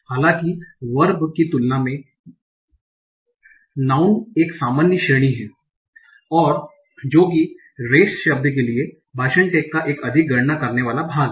हालांकि वर्ब की तुलना में नाऊन एक सामान्य श्रेणी हैं जो की रेस शब्द के लिए भाषण टैग का एक अधिक गणना करने वाला भाग हैं